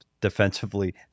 defensively